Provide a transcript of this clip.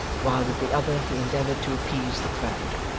while with the other he endeavoured to appease the crowd.